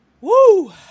Woo